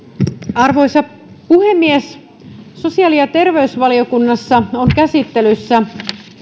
arvoisa puhemies sosiaali ja terveysvaliokunnassa on käsittelyssä